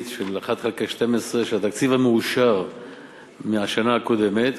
של 1 חלקי 12 של התקציב המאושר מהשנה הקודמת,